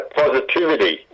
positivity